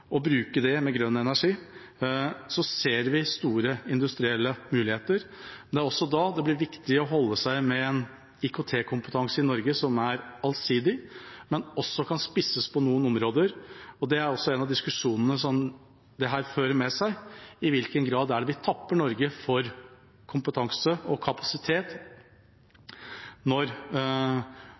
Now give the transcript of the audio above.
bruke grønn energi, så ser vi store industrielle muligheter. Det er da det blir viktig å ha en IKT-kompetanse i Norge som er allsidig, men kan spisses på noen områder. Det er en av diskusjonene som dette fører med seg – i hvilken grad tapper vi Norge for kompetanse og kapasitet når